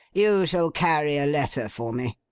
you shall carry a letter for me.